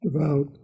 devout